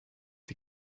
sie